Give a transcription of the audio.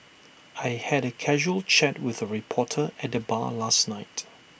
I had A casual chat with A reporter at the bar last night